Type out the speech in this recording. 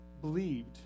believed